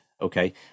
okay